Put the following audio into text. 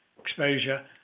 exposure